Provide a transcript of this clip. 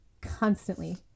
constantly